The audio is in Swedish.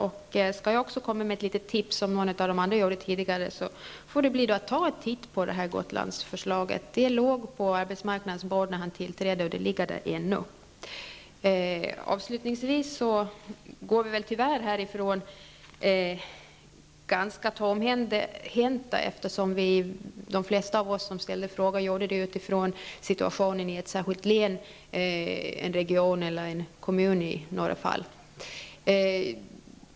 Låt mig också komma med ett litet tips, som någon av de andra debattörerna gjorde tidigare. Ta en titt på Gotlandsförslaget. Det låg på arbetsmarknadsministerns bord när han tillträdde, och det ligger där fortfarande. Avslutningsvis vill jag säga att vi tyvärr kommer att gå ganska tomhänta härifrån. De flesta av oss som ställde frågor gjorde det utifrån situationen i ett särskilt län, en region eller en kommun.